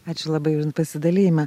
ačiū labai už pasidalijimą